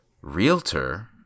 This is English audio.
realtor